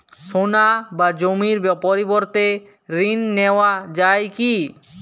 সোনা বা জমির পরিবর্তে ঋণ নেওয়া যায় কী?